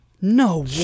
No